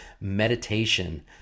meditation